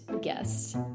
guests